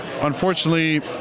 unfortunately